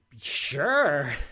Sure